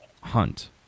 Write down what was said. hunt